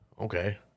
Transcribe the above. Okay